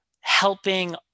helping